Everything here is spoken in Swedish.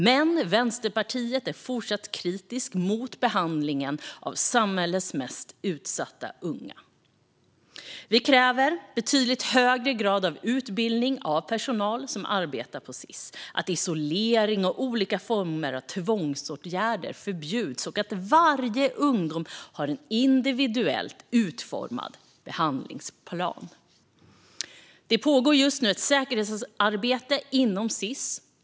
Men Vänsterpartiet är fortsatt kritiskt mot behandlingen av samhällets mest utsatta unga. Vi kräver betydligt högre grad av utbildning hos personal som arbetar på Sis, att isolering och olika former av tvångsåtgärder förbjuds och att varje ungdom har en individuellt utformad behandlingsplan. Det pågår just nu ett säkerhetsarbete inom Sis.